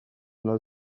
dal